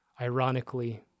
ironically